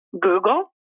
google